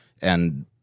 and-